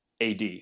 ad